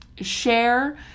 share